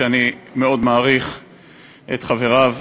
שאני מאוד מעריך את חבריו,